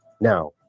Now